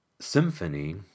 symphony